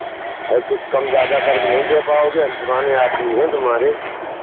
अरे कुछ कम ज़्यादा करके नहीं दे पाओगे हम पुराने आदमी हैं तुम्हारे